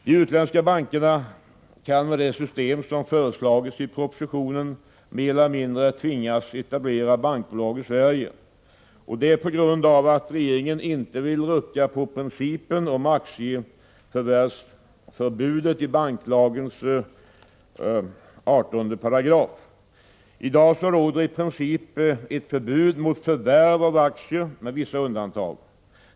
De utländska bankerna kan med det system som föreslagits i propositionen mer eller mindre tvingas etablera bankbolag i Sverige. Detta på grund av att regeringen inte vill rucka på principen om aktieförvärvsförbudet i 18 § banklagen. I dag råder i princip ett förbud mot förvärv av aktier — med vissa undantag.